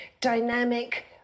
dynamic